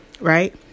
Right